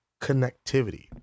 connectivity